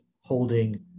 holding